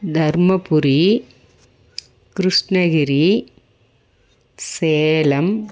Dharmapuri Krishnagiri Salem